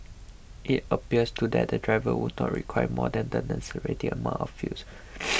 it appears to that the driver would not require more than the necessary amount of fuels